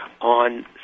on